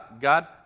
God